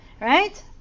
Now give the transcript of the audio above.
Right